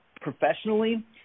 professionally